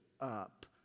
up